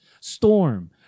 Storm